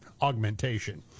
augmentation